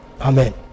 Amen